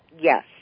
yes